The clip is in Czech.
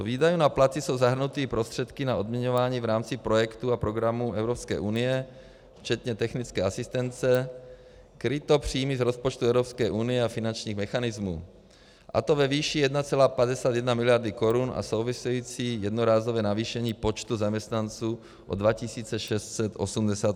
Do výdajů na platy jsou zahrnuty i prostředky na odměňování v rámci projektů a programů Evropské unie včetně technické asistence, kryto příjmy z rozpočtu Evropské unie a finančních mechanismů, a to ve výši 1,51 mld. Kč, a související jednorázové navýšení počtu zaměstnanců o 2 688.